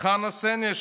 וחנה סנש,